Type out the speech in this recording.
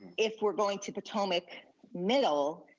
if we're going to potomac middle,